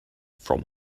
from